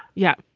yeah.